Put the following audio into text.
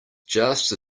just